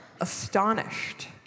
astonished